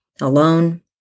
alone